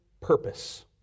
purpose